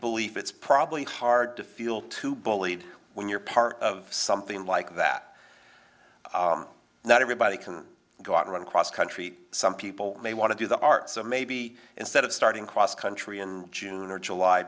belief it's probably hard to feel too bullied when you're part of something like that not everybody can go out and run across country some people may want to do the art so maybe instead of starting cross country in june or july